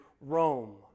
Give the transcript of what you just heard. Rome